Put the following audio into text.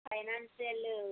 financial